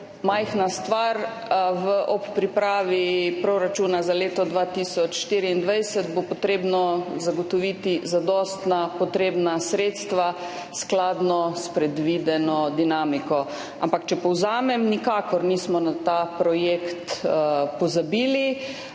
majhna stvar, ob pripravi proračuna za leto 2024 bo potrebno zagotoviti zadostna, potrebna sredstva skladno s predvideno dinamiko. Ampak če povzamem, nikakor nismo na ta projekt pozabili.